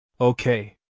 Okay